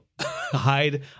hide